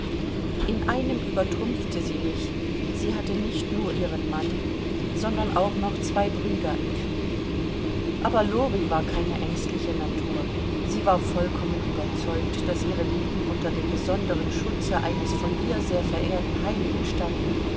in einem übertrumpfte sie mich sie hatte nicht nur ihren mann sondern auch noch zwei brüder im krieg aber lori war keine ängstliche natur sie war vollkommen überzeugt daß ihre lieben unter dem besonderen schutze eines von ihr sehr verehrten heiligen standen